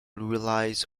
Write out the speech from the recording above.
relies